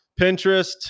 Pinterest